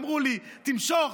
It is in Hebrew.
אמרו לי: תמשוך,